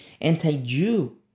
anti-Jew